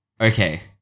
Okay